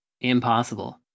impossible